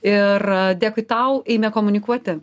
ir dėkui tau eime komunikuoti